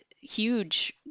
huge